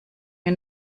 mir